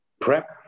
Prep